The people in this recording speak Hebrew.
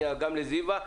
גם זיוה תדבר.